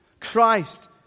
Christ